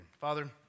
Father